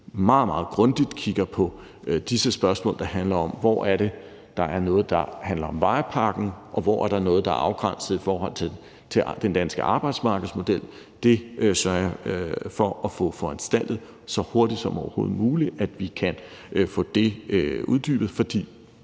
meget grundigt kigger på disse spørgsmål, der handler om, hvor det er, der er noget, der handler om vejpakken, og hvor der er noget, der er afgrænset i forhold til den danske arbejdsmarkedsmodel. Det sørger jeg for så hurtigt som overhovedet muligt at få foranstaltet at vi